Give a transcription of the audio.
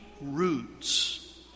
roots